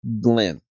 Glen